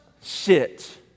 sit